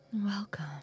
welcome